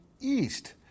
East